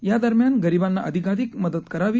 या दरम्यान गरीबांना अधिकाधिक मदत करावी